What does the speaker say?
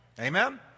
Amen